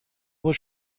was